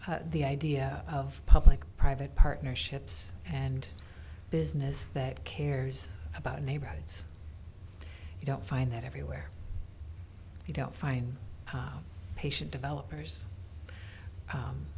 the idea of public private partnerships and business that cares about neighborhoods you don't find that everywhere you don't find patient developers